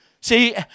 See